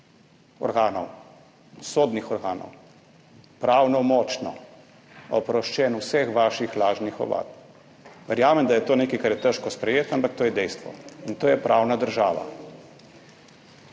organov, sodnih organov, pravnomočno oproščen vseh vaših lažnih ovadb. Verjamem, da je to nekaj, kar je težko sprejeti, ampak to je dejstvo. In to je pravna država.